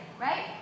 right